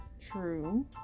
True